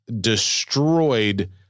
destroyed